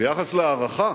ביחס להארכה,